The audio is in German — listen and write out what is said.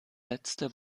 letzte